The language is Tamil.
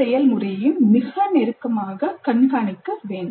செயல்முறையையும் மிக நெருக்கமாக கண்காணிக்க வேண்டும்